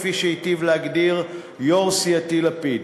כפי שהיטיב להגדיר יושב-ראש סיעתי לפיד,